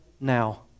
now